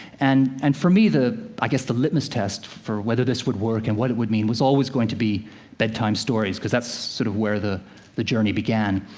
and and for me, i guess, the litmus test for whether this would work, and what it would mean, was always going to be bedtime stories, because that's sort of where the the journey began.